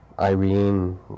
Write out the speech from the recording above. Irene